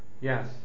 Yes